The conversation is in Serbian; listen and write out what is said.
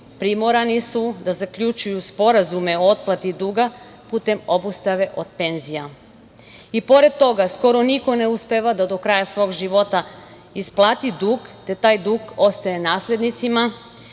primorani su da zaključuju sporazume o otplati duga putem obustave od penzija. I pored toga, skoro niko ne uspeva da do kraja svog života isplati dug, te taj dug ostaje naslednicima